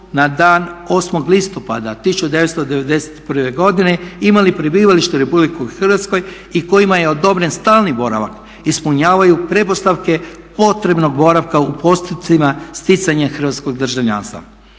na dan 8. listopada 1991. godine imali prebivalište u Republici Hrvatskoj i kojima je odobren stalni boravak ispunjavaju pretpostavke potrebnog boravka u postupcima sticanja hrvatskog državljanstva.